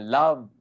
love